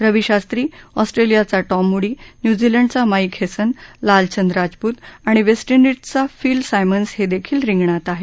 रवी शास्त्री ऑस्ट्रेलियाचा Tom Moody न्यूझीलंडचा Mike Hesson Lalchand Rajput आणि वेस्ट डिजचा फिल सायमन्स हेदेखील रिंगणात आहेत